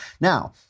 Now